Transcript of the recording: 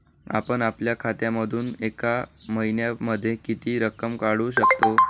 आपण आपल्या खात्यामधून एका महिन्यामधे किती रक्कम काढू शकतो?